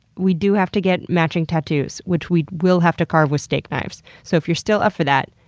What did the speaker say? we do have to get matching tattoos, which we will have to carve with steak knives. so, if you're still up for that,